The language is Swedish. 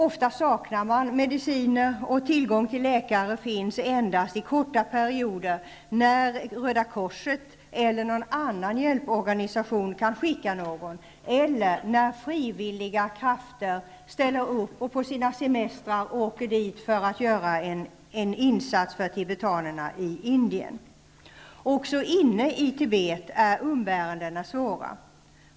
Ofta saknar man mediciner, och tillgång till läkare finns endast i korta perioder, när Röda korset eller någon annan hjälporganisation kan skicka någon eller när frivilliga krafter ställer upp och gör en insats för tibetanerna i Indien på sin semester. Också inne i Tibet är umbärandena svåra.